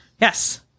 Yes